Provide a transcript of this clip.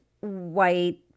white